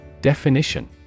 Definition